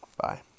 Bye